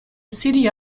city